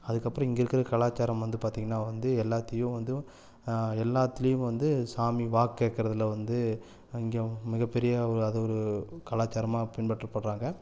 அதுக்கு அப்புறம் இங்கேருக்குற கலாச்சாரம் வந்து பார்த்திங்கன்னா வந்து எல்லாத்தையும் வந்து எல்லாத்துலயும் இவங்க வந்து சாமி வாக்கு கேட்குறதுல வந்து இங்கே அவங்க மிகப்பெரிய ஒரு அது ஒரு கலாச்சாரமாக பின்பற்றப்படுறாங்க